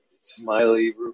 Smiley